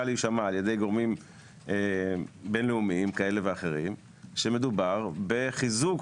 להישמע על ידי גורמים בין-לאומיים כאלה ואחרים שמדובר בטשטוש